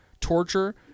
torture